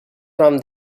from